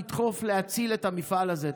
ואנחנו נדחוף להציל את המפעל הזה.